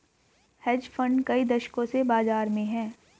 hedge fund कई दशकों से बाज़ार में हैं